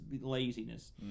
laziness